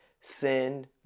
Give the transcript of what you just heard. send